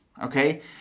Okay